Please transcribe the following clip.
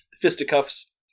fisticuffs